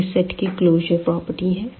यह सेट की closure property है